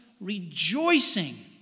rejoicing